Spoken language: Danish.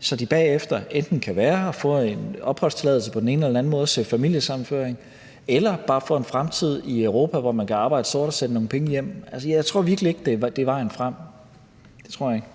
så de bagefter enten kan være her, få en opholdstilladelse på den ene eller den anden måde og søge familiesammenføring eller bare få en fremtid i Europa, hvor man kan arbejde sort og sende nogle penge hjem. Jeg tror virkelig ikke, det er vejen frem. Det tror jeg ikke.